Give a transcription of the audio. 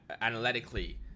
analytically